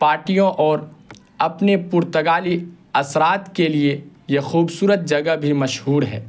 پارٹیوں اور اپنی پرتگالی اثرات کے لیے یہ خوبصورت جگہ بھی مشہور ہے